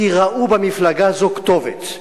כי ראו במפלגה הזאת כתובת,